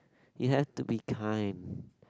you have to be kind